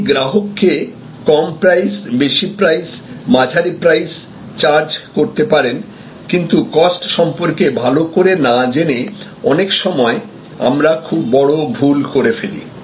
আপনি গ্রাহককে কম প্রাইস বেশি প্রাইস মাঝারি প্রাইস চার্জ করতে পারেন কিন্তু কস্ট সম্পর্কে ভালো করে না জেনে অনেক সময় আমরা খুব বড় ভুল করে ফেলি